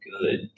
good